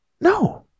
no